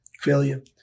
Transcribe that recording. failure